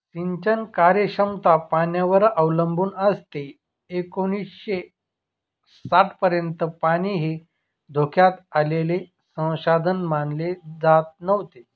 सिंचन कार्यक्षमता पाण्यावर अवलंबून असते एकोणीसशे साठपर्यंत पाणी हे धोक्यात आलेले संसाधन मानले जात नव्हते